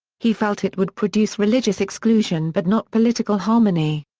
he felt it would produce religious exclusion but not political harmony.